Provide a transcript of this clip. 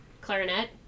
Clarinet